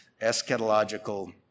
eschatological